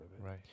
Right